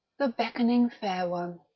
the beckoning fair one.